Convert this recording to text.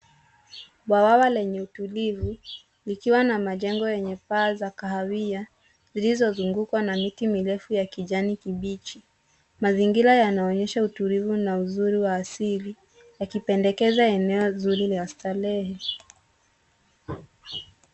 Bwawa lenye utulivu likiwa na majengo yenye paa za kahawia zilizozungukwa na miti mirefu ya kijani kibichi. Mazingira yanaonyesha utulivu na uzuri wa asili, yakipendekeza eneo zuri la starehe.